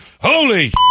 Holy